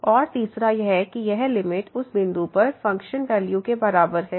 और तीसरा यह कि यह लिमिट उस बिंदु पर फंक्शन वैल्यू के बराबर है